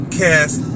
cast